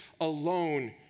alone